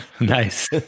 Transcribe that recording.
Nice